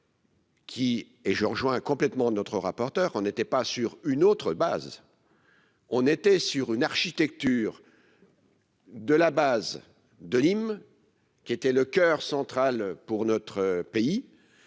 Qui et je rejoins complètement notre rapporteur on n'était pas sur une autre base. On était sur une architecture. De la base de Nîmes. Qui était le coeur central pour notre pays.